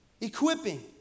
equipping